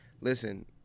Listen